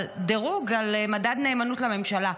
אבל דירוג על מדד נאמנות לממשלה.